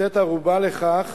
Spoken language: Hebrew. לתת ערובה לכך